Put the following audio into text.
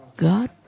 God